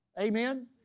Amen